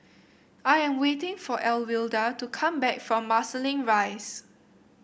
I am waiting for Alwilda to come back from Marsiling Rise